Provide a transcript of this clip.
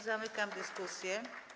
Zamykam dyskusję.